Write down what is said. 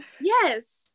yes